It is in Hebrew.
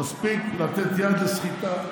מספיק לתת יד לסחיטה.